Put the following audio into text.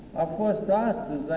of warsaw